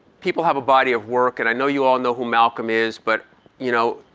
people have a body of work and i know you all know who malcolm is but you know,